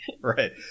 Right